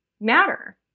matter